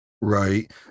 Right